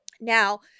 Now